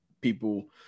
people